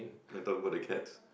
metal wood